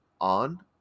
on